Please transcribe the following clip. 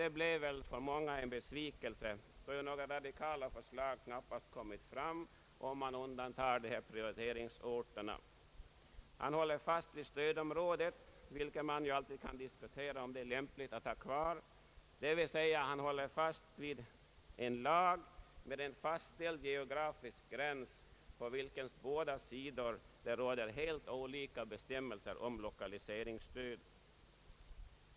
Det blev väl för många en besvikelse, då några radikala förslag knappast har kommit fram om man undantar frågan om prioriteringsorter. Han håller fast vid stödområdet, vilket man ju alltid kan diskutera om det är lämpligt att ha kvar. Han håller fast vid en lag med en fastställd geografisk gräns, på vilkens båda sidor det råder helt olika bestämmelser om lokaliseringsstöd.